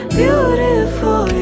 beautiful